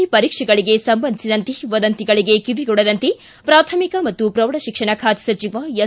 C ಪರೀಕ್ಷೆಗಳಿಗೆ ಸಂಬಂಧಿಸಿದಂತೆ ವದಂತಿಗಳಿಗೆ ಕಿವಿಗೊಡದಂತೆ ಪ್ರಾಥಮಿಕ ಮತ್ತು ಪ್ರೌಢ ಶಿಕ್ಷಣ ಖಾತೆ ಸಚಿವ ಎಸ್